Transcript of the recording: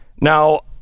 now